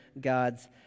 God's